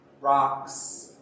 rocks